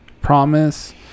Promise